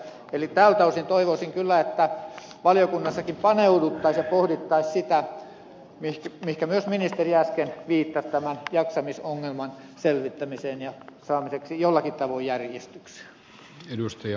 tältä osin toivoisin kyllä että valiokunnassakin paneuduttaisiin asiaan ja pohdittaisiin sitä mihin myös ministeri äsken viittasi tämän jaksamisongelman selvittämiseen ja saamiseen jollakin tavoin järjestykseen